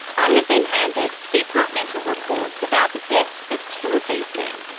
i have been handed departmental reports about the deaths of two of these men.